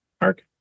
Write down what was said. Mark